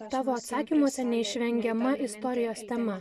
tavo atsakymuose neišvengiama istorijos tema